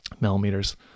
millimeters